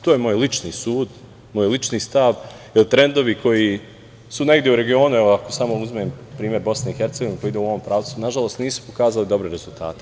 To je moj lični sud, moj lični stav, jer trendovi koji su negde u regionu, samo uzmem primer BiH, pa idem u ovom pravcu, nažalost, nisu pokazali dobre rezultate.